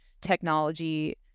technology